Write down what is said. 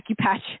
acupatch